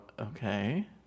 okay